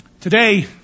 Today